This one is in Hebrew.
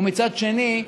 ומצד שני,